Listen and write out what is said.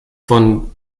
von